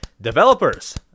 developers